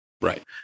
Right